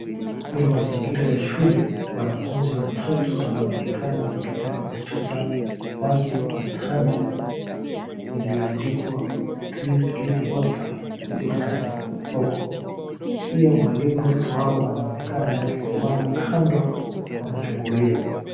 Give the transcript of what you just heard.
Ni mazingira ya shule , wanafunzi watatu wanaonekana wakitaka kuchota maji kwa tanki iliyoandikwa we drink clean water donated by Hopecare .Pia mwalimu wao anaonekana akisimama kando akichungulia .